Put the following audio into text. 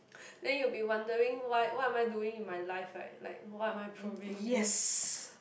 then you will be wondering why what am I doing in my life right like why am I proving this